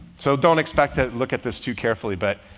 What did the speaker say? so don't expect to look at this too carefully. but